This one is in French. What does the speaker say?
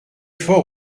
fort